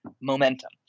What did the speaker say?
Momentum